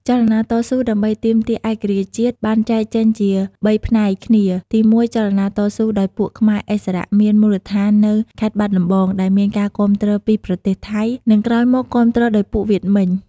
ចលនាតស៊ូដើម្បីទាមទារឯករាជ្យជាតិ បានចែកចេញជា ៣ផ្សេងគ្នា ទី១ ចលនាតស៊ូដោយពួក ខ្មែរឥស្សរៈមានមូលដ្ឋាននៅ ខេត្តបាត់ដំបង ដែលមានការគាំទ្រពី ប្រទេសថៃ និង ក្រោយមកគាំទ្រ ដោយពួកវៀតមិញ ។